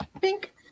Pink